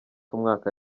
umwaka